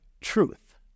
truth